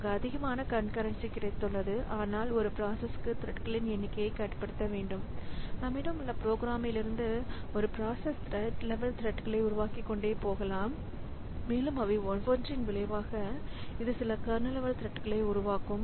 நமக்கு அதிகமான கான்கரென்ஸி கிடைத்துள்ளது ஆனால் ஒரு பிராசஸ்க்கு த்ரெட்களின் எண்ணிக்கையை கட்டுப்படுத்த வேண்டும் நம்மிடம் உள்ள ப்ரோக்ராம்லிருந்து ஒரு ப்ராசஸ் த்ரெட் லெவல் த்ரெட்களை உருவாக்கிக்கொண்டே போகலாம் மேலும் அவை ஒவ்வொன்றின் விளைவாக இது சில கர்னல் லெவல் த்ரெட்களையும் உருவாக்கும்